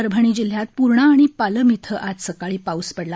परभणी जिल्ह्यात प्र्णा आणि पालम इथं आज अवकाळी पाऊस पडला